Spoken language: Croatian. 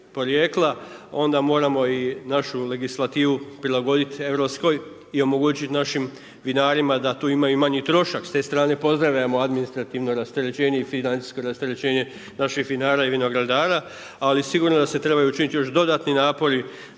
onda moramo i našu legislativu prilagoditi europskoj i omogućit našim vinarima da tu ima i manji trošak, s te strane pozdravljamo administrativno rasterećenje i financijsko rasterećenje naših vinara i vinogradara ali sigurno da se trebaju učiniti još dodatni napori